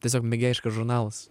tiesiog mėgėjiškas žurnalas